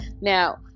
Now